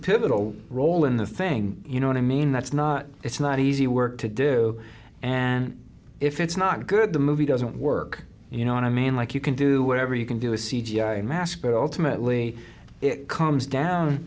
pivotal role in the thing you know what i mean that's not it's not easy work to do and if it's not good the movie doesn't work you know what i mean like you can do whatever you can do is c g i a mask but ultimately it comes down